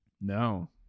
no